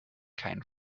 keinen